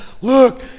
look